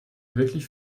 wirklich